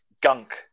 gunk